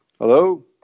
Hello